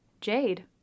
Jade